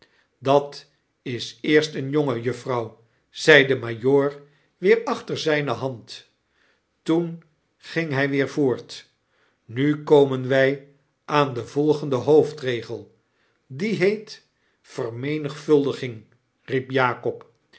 dat s eerst een jongenl juffrouw i zei de majoor weer achter zyne hand toen ging hy weer voort nu komen wy aan den volgenden hoofdregel die heet vermenigvuldiging riep jakob